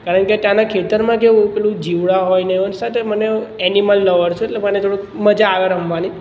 કારણ કે ત્યાંના ખેતરમાં કેવું પેલું જીવડાં હોયને સાથે મને એનિમલ લવર છું એટલે મને થોડુંક મજા આવે રમવાની